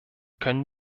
können